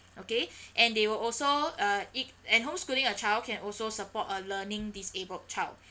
okay and they will also uh i~ and home schooling a child can also support a learning disabled child